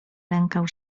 lękał